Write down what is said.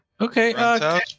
Okay